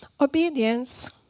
obedience